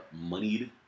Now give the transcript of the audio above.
moneyed